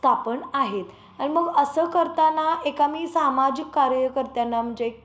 स्थापन आहेत अन मग असं करताना एका मी सामाजिक कार्यकर्तना म्हणजे